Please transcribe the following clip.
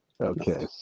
Okay